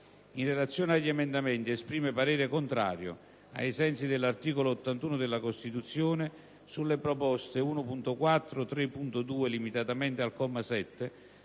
In relazione agli emendamenti esprime parere contrario, ai sensi dell'articolo 81 della Costituzione, sulle proposte 1.4, 3.2 (limitatamente al comma